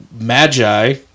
magi